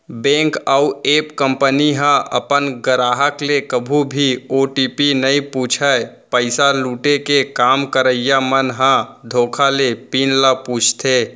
bank अउ app company ह अपन गराहक ले कभू भी ओ.टी.पी नइ पूछय, पइसा लुटे के काम करइया मन ह धोखा ले पिन ल पूछथे